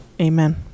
amen